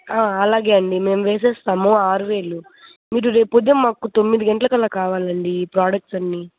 అలాగే అండి మేము వేసేస్తాము ఆరు వేలు మీరు రేపు పొద్దున్నే మాకు తొమ్మిది గంటల కల్లా కావాలండి ఈ ప్రోడక్ట్స్ అన్ని